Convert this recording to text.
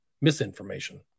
misinformation